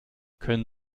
können